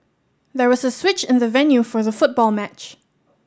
there was a switch in the venue for the football match